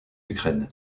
ukraine